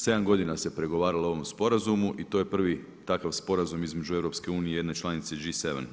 7 godina se pregovaralo ovom sporazumu, i to je prvi takav sporazum između EU i jedne članice G7.